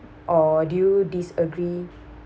or do you disagree